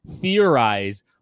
theorize